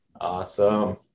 Awesome